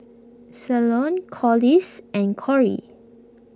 Cleone Corliss and Corie